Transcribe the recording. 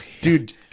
Dude